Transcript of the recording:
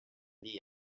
melee